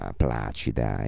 placida